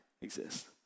exist